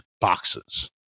boxes